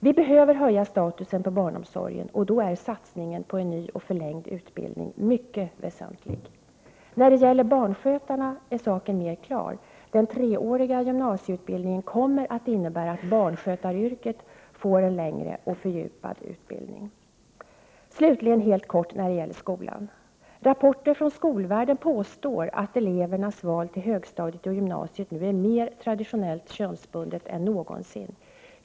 Vi behöver höja statusen på barnomsorgen, och då är satsningen på en ny och förlängd utbildning mycket väsentlig. När det gäller barnskötarna är saken klar. Den treåriga gymnasieutbildningen kommer att innebära att barnskötaryrket får en längre och fördjupad utbildning. Slutligen helt kort några ord om skolan. Rapporter från skolvärlden påstår att elevernas val till högstadiet och gymnasiet nu är mer traditionellt könsbundet än någonsin.